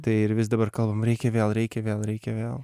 tai ir vis dabar kalbam reikia vėl reikia vėl reikia vėl